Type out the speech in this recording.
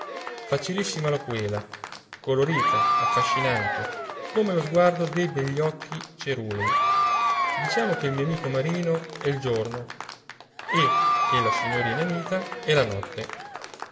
ardente facilissima loquela colorita affascinante come lo sguardo dei begli occhi cerulei diciamo che il mio amico marino è il giorno e che la signorina anita è la notte